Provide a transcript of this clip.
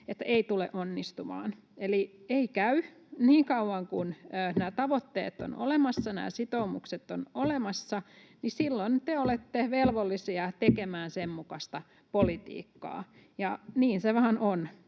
ei tule onnistumaan. Eli ei käy. Niin kauan kuin nämä tavoitteet ovat olemassa, nämä sitoumukset ovat olemassa, silloin te olette velvollisia tekemään niiden mukaista politiikkaa. Niin se vähän on.